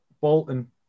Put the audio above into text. Bolton